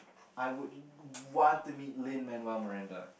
I would want to meet Lin-Manuel-Marinda